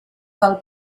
val